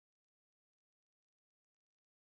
now Singapore is teach us a lot of things